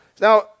Now